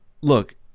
look